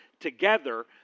together